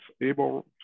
able